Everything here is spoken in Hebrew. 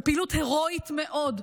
בפעילות הירואית מאוד,